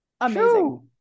amazing